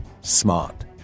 smart